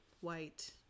white